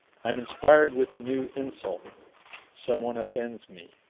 i'm inspired with a new insult someone offends me